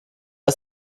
ist